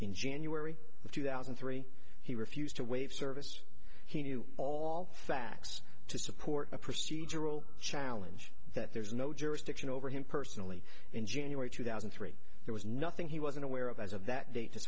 in january of two thousand and three he refused to waive service he knew all the facts to support a procedural challenge that there is no jurisdiction over him personally in january two thousand and three there was nothing he wasn't aware of as of that date to